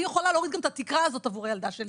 אני יכולה להוריד גם את התקרה הזאת עבור הילדה שלי,